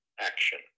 action